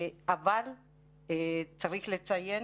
אבל צריך לציין